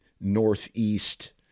northeast